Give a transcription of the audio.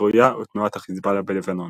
סוריה ותנועת החזבאללה בלבנון.